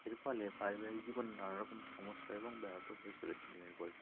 এর ফলে পারিবারিক জীবন নানারকম সমস্যা এবং ব্যাহত হয়ে চলেছে দিনের পর দিন